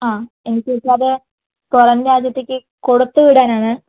ആ എനിക്ക് പക്ഷെ അത് പുറം രാജ്യത്തേക്ക് കൊടുത്ത് വിടാനാണ്